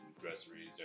groceries